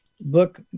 book